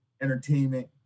entertainment